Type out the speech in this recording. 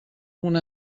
punt